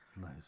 Nice